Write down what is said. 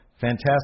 fantastic